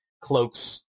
cloaks